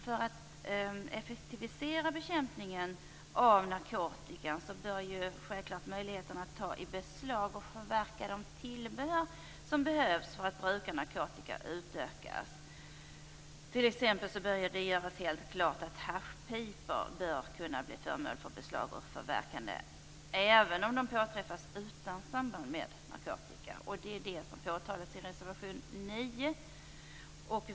För att effektivisera bekämpningen av narkotikan bör självklart möjligheterna att ta i beslag och förverka de tillbehör som behövs för att bruka narkotika utökas. T.ex. bör det göras helt klart att haschpipor bör kunna bli föremål för beslag och förverkande, även om de påträffas utan samband med narkotika. Detta påtalas i reservation 9.